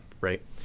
right